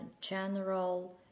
general